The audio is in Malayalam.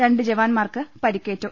രണ്ട് ജവാൻമാർക്ക് പ്രിക്കേറ്റു